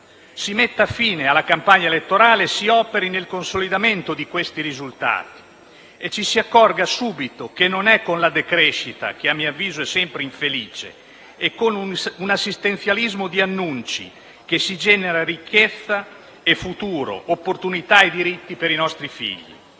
Si metta fine alla campagna elettorale e si operi nel consolidamento di questi risultati. Ci si accorga subito che non è con la decrescita - che, a mio avviso, è sempre infelice - e con un assistenzialismo di annunci che si genera ricchezza, futuro, opportunità e diritti per i nostri figli.